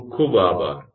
ખુબ ખુબ આભાર